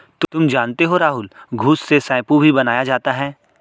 तुम जानते हो राहुल घुस से शैंपू भी बनाया जाता हैं